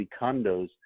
condos